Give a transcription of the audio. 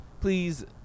Please